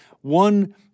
one